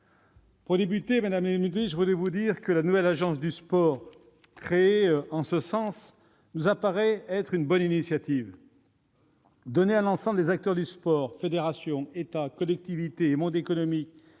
Pour débuter, je voudrais vous dire, madame la ministre, que la nouvelle Agence nationale du sport créée en ce sens nous paraît être une bonne initiative. Donner à l'ensemble des acteurs du sport- fédérations, État, collectivités et monde économique